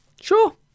Sure